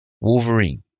Wolverine